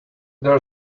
there